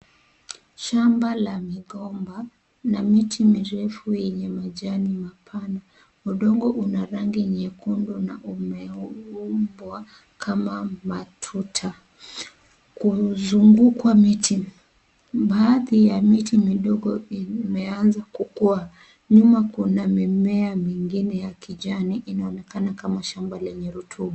Shamba la migomba na miti mirefu yenye majani mapana. Udongo una rangi nyekundu na umeumbwa kama matuta. Kuzungukwa miti. Baadhi ya miti midogo imeanza kukua. Nyuma kuna mimea mingine ya kijani inaonekana kama shamba lenye rotuba.